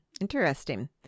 Interesting